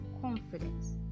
confidence